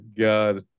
god